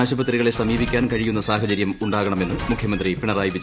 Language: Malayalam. ആശുപത്രികളെ സമീപിക്കാൻ കഴിയുന്ന സാഹചര്യം ഉണ്ടാകണമെന്ന് മുഖ്യമന്ത്രി പിണറായി വിജയൻ